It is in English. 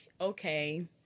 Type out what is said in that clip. okay